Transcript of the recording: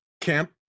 Camp